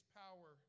power